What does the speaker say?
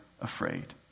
Afraid